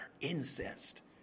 Incest